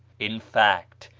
in fact,